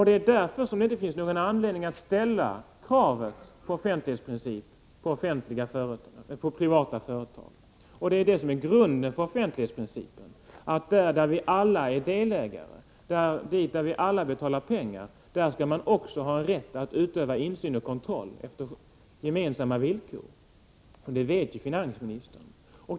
Det är därför det inte finns någon anledning att ställa kravet på offentlighet på privata företag. Grunden för offentlighetsprincipen är att där vi alla är delägare — eftersom vi alla betalar pengar till det — skall vi också ha rätt att på gemensamma villkor utöva insyn och kontroll, och det vet finansministern.